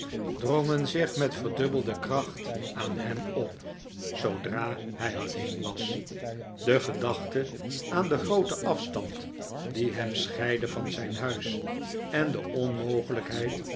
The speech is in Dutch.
drongen zich met verdubbelde kracht aan hem op zoodra hij alleen was de gedachte aan den grooten afstand die hem scheidde van zijn huis en de onmogelijkheid